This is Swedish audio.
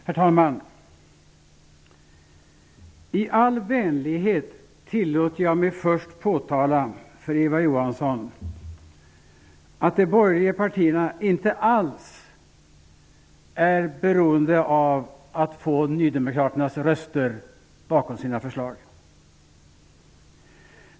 Herr talman! I all vänlighet tillåter jag mig att först påtala för Eva Johansson att de borgerliga partierna inte alls är beroende av att få nydemokraternas röster bakom sina förslag.